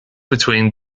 between